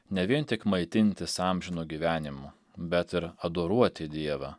ne vien tik maitintis amžinu gyvenimu bet ir adoruoti dievą